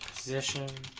position